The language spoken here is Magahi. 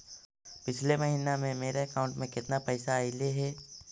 पिछले महिना में मेरा अकाउंट में केतना पैसा अइलेय हे?